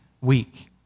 week